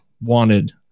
wanted